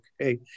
Okay